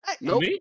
Nope